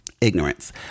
Ignorance